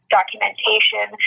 documentation